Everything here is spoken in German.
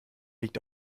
liegt